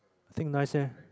think nice ah